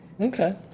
Okay